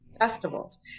festivals